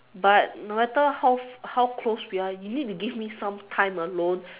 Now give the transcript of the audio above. but no matter how how close we are you need to give me some time alone